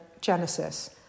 Genesis